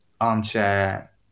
armchair